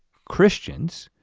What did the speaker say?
christians